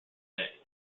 that